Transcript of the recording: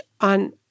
on